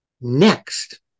Next